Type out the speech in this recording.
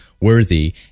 worthy